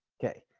okay,